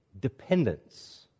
dependence